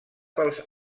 pels